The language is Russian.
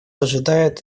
ожидает